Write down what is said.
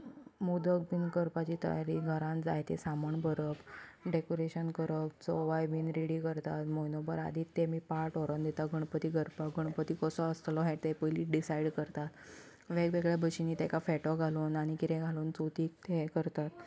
मोदक बीन करपाची तयारी घरान जायतें सामान भरप डेकोरेशन करप चवाय बीन रेडी करतात म्हयनोभर आदींच तेमी पाट व्हरोन दितात गणपती करपाक गणपती कसो आसतलो हे ते पयलींच डिसायड करतात वेगवेगळ्या बशेनी तेका फेटो घालून आनी किदें घालून चवतीक ते हें करतात